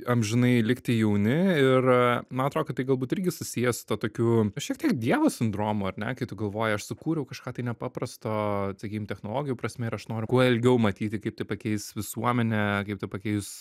amžinai likti jauni ir man atrodo kad tai galbūt irgi susiję su tuo tokiu šiek tiek dievo sindromu ar ne kai tu galvoji aš sukūriau kažką tai ne paprasto sakykim technologijų prasme ir aš noriu kuo ilgiau matyti kaip tai pakeis visuomenę kaip tai pakeis